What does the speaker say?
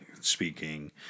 speaking